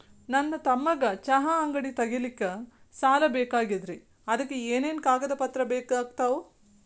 ನನ್ನ ತಮ್ಮಗ ಚಹಾ ಅಂಗಡಿ ತಗಿಲಿಕ್ಕೆ ಸಾಲ ಬೇಕಾಗೆದ್ರಿ ಅದಕ ಏನೇನು ಕಾಗದ ಪತ್ರ ಬೇಕಾಗ್ತವು?